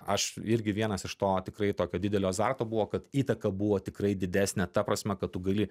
aš irgi vienas iš to tikrai tokio didelio azarto buvo kad įtaka buvo tikrai didesnė ta prasme kad tu gali